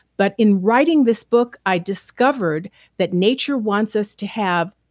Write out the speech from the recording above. but in writing this book i discovered that nature wants us to have.